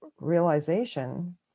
realization